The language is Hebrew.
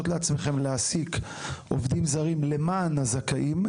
לעצמכם להעסיק עובדים זרים למען הזכאים,